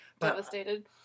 Devastated